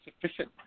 sufficient